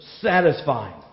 satisfying